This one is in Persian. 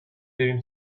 بریم